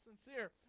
sincere